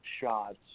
shots